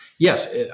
Yes